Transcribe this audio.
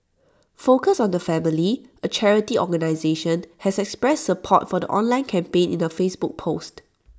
focus on the family A charity organisation has expressed support for the online campaign in A Facebook post